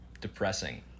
depressing